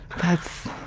that's,